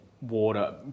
Water